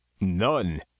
None